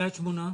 קרית שמונה?